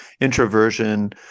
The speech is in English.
introversion